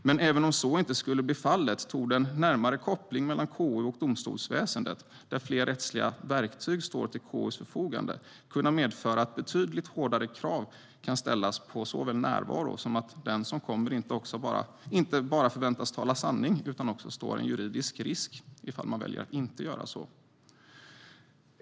Men även om så inte skulle bli fallet torde en närmare koppling mellan KU och domstolsväsendet, där fler rättsliga verktyg står till KU:s förfogande, kunna medföra att betydligt hårdare krav kan ställas på såväl närvaro som att den som kommer inte bara förväntas tala sanning utan även stå en juridisk risk ifall man väljer att inte göra så.